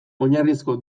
oinarrizko